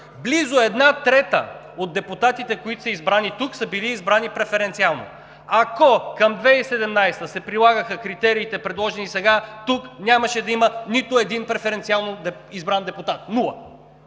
Близо една трета от депутатите, избрани тук, са били избрани преференциално. Ако към 2017 г. се прилагаха критериите, предложени сега, тук нямаше да има нито един преференциално избран депутат – нула!